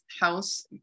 house